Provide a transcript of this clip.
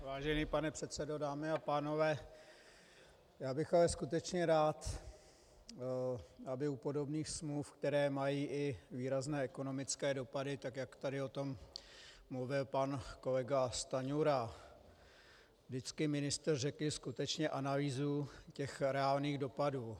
Vážený pane předsedo, dámy a pánové, já bych ale skutečně rád, aby u podobných smluv, které mají i výrazné ekonomické dopady, jak tady o tom mluvil pan kolega Stanjura, vždycky ministr řekl skutečně i analýzu reálných dopadů.